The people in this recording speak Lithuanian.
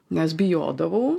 nes bijodavau